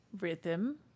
Rhythm